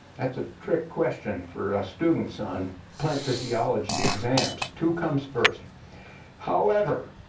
that's a trick question for students on plant physiology exams. two come first however,